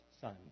son